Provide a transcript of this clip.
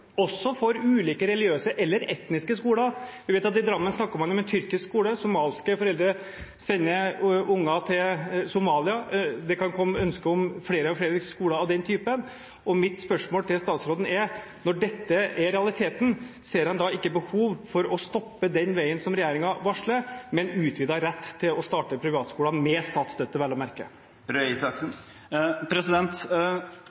også for ulike religiøse eller etniske skoler. Vi vet at i Drammen snakker man om en tyrkisk skole, og somaliske foreldre sender unger til Somalia. Det kan komme ønske om flere og flere skoler av den typen, og mitt spørsmål til statsråden er: Når dette er realiteten, ser en da ikke behov for å stoppe den veien som regjeringen varsler med en utvidet rett til å starte privatskoler – med statsstøtte, vel å merke?